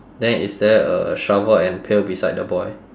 then is there a shovel and pail beside the boy